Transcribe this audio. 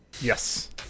Yes